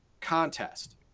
contest